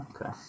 okay